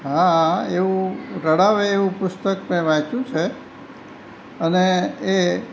હા એવું રડાવે એવું પુસ્તક મેં વાંચ્યું છે અને એ